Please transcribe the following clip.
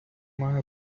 має